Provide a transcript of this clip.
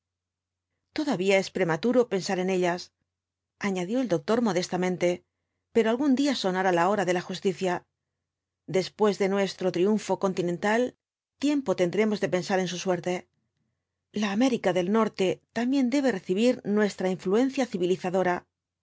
todavía es prematuro pensar en ellas añadió el doctor modestamente pero algún día sonará la hora de la justicia después de nuestro triunfo continental tiempo tendremos de pensar en su suerte la américa del norte también debe recibir nuestra influencia